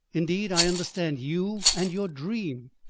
indeed i understand you and your dream.